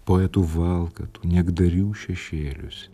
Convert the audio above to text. poetų valkatų niekdarių šešėlius